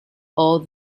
all